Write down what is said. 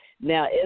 Now